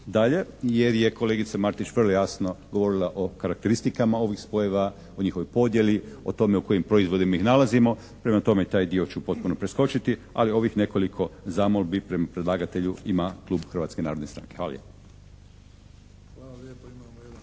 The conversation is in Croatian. dalje jer je kolegica Martić vrlo jasno govorila o karakteristikama ovih spojeva, o njihovoj podjeli, o tome u kojim proizvodima ih nalazimo. Prema tome, taj dio ću potpuno preskočiti ali ovih nekoliko zamolbi prema predlagatelju ima klub Hrvatske narodne stranke. Hvala